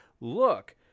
Look